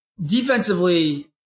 Defensively